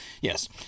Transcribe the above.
Yes